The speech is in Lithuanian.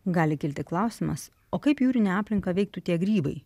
gali kilti klausimas o kaip jūrinę aplinką veiktų tie grybai